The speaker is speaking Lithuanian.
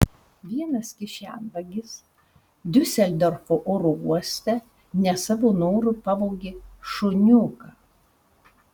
vienas kišenvagis diuseldorfo oro uoste ne savo noru pavogė šuniuką